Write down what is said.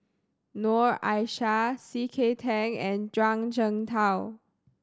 Noor Aishah C K Tang and Zhuang Shengtao